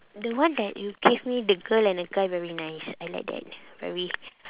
the one that you give me the girl and the guy very nice I like that very